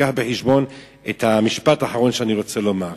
תיקח בחשבון את המשפט האחרון שאני רוצה לומר: